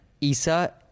Isa